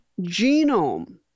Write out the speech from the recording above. genome